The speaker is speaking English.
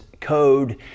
code